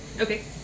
Okay